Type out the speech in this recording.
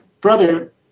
brother